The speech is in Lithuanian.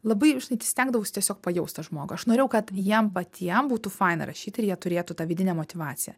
labai už tai stengdavausi tiesiog pajaus tą žmogų aš norėjau kad jiem patiem būtų faina rašyti ir jie turėtų tą vidinę motyvaciją